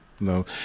No